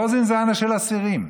לא זינזנה של אסירים,